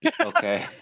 Okay